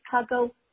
Chicago